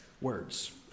words